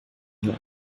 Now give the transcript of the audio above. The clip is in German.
jahr